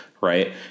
Right